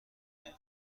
دیگری